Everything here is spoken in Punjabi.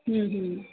ਹੁੰ ਹੁੰ